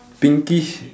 pinkish